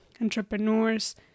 entrepreneurs